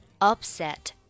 upset